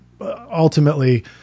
ultimately